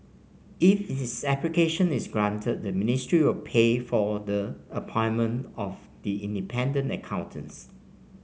if its application is granted the ministry will pay for the appointment of the independent accountants